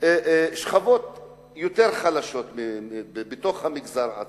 שכבות חלשות יותר בתוך המגזר עצמו.